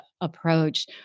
approach